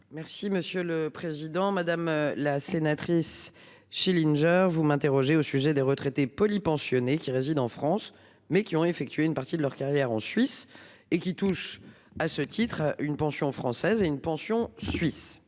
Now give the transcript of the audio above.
Merci monsieur le président, madame la sénatrice Schillinger vous m'interrogez au sujet des retraités polypensionnés qui réside en France mais qui ont effectué une partie de leur carrière en Suisse et qui touche à ce titre une pension française et une pension suisses.